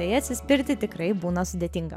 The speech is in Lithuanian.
tai atsispirti tikrai būna sudėtinga